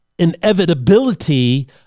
inevitability